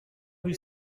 rue